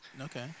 Okay